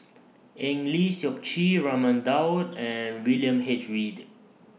Eng Lee Seok Chee Raman Daud and William H Read